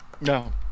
No